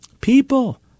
People